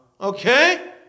Okay